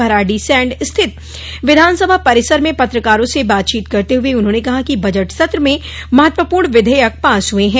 भराड़ीसेंण स्थित विधानसभा परिसर में पत्रकारों से बातचीत करते हुए उन्होंने कहा कि बजट सत्र में महत्वपूर्ण विधेयक पास हुए हैं